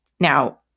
Now